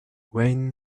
when